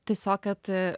tiesiog kad